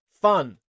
fun